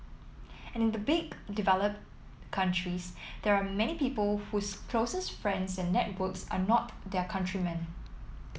and in the big developed countries there are many people whose closest friends and networks are not their countrymen